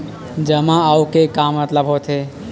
जमा आऊ के मतलब का होथे?